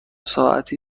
ساعتی